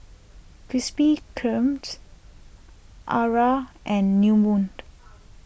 Krispy Kreme's Akira and New Moon